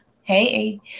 Hey